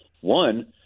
one